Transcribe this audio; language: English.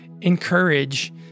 encourage